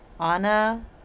Anna